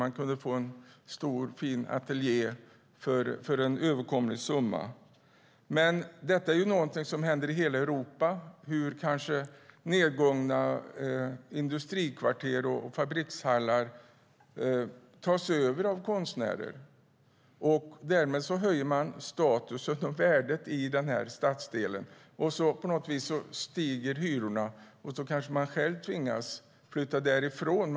De kunde få en stor fin ateljé för en överkomlig summa. I hela Europa tas nedgångna industrikvarter och fabrikshallar över av konstnärer. Därmed höjs statusen och värdet i stadsdelen. På något vis stiger hyrorna och de tvingas flytta därifrån.